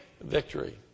victory